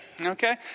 Okay